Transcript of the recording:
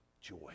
joy